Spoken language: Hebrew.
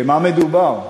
במה מדובר?